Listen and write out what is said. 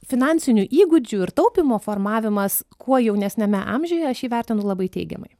finansinių įgūdžių ir taupymo formavimas kuo jaunesniame amžiuje aš jį vertinu labai teigiamai